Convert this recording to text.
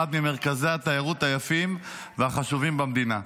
אחד ממרכזי התיירות היפים והחשובים במדינה,